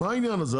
מה העניין הזה?